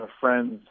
friends